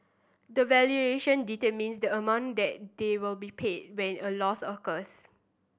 the valuation determines the amount that they will be paid when a loss occurs